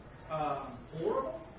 Horrible